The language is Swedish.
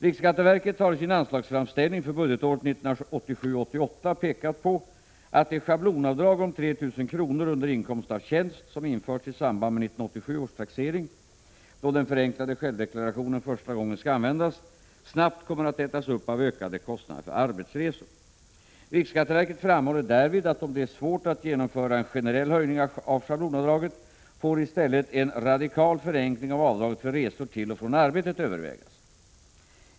Riksskatteverket har i sin anslagsframställning för budgetåret 1987/88 pekat på att det schablonavdrag om 3 000 kr. under inkomst av tjänst som införts i samband med 1987 års taxering, då den förenklade självdeklarationen första gången skall användas, snabbt kommer att ätas upp av ökande kostnader för arbetsresor. Riksskatteverket framhåller därvid att om det är svårt att genomföra en generell höjning av schablonavdraget, får i stället en radikal förenkling av avdraget för resor till och från arbetet övervägas.